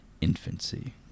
infancy